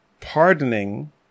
Pardoning